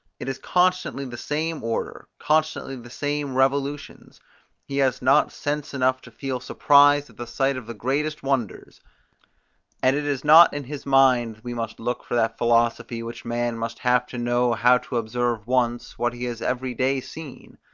it is constantly the same order, constantly the same revolutions he has not sense enough to feel surprise at the sight of the greatest wonders and it is not in his mind we must look for that philosophy, which man must have to know how to observe once, what he has every day seen.